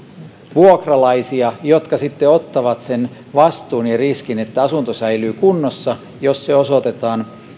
vuokralaisia jotka sitten ottavat sen vastuun ja riskin että asunto säilyy kunnossa jos se osoitetaan